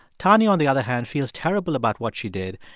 tanya, on the other hand, feels terrible about what she did.